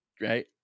right